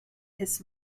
his